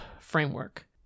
framework